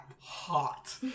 hot